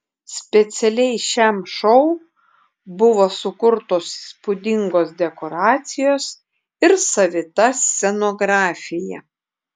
specialiai šiam šou buvo sukurtos įspūdingos dekoracijos ir savita scenografija